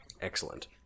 excellent